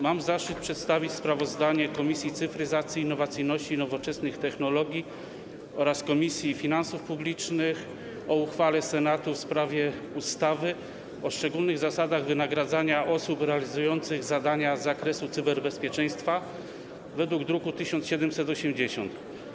Mam zaszczyt przedstawić sprawozdanie Komisji Cyfryzacji, Innowacyjności i Nowoczesnych Technologii oraz Komisji Finansów Publicznych o uchwale Senatu w sprawie ustawy o szczególnych zasadach wynagradzania osób realizujących zadania z zakresu cyberbezpieczeństwa, druk nr 1780.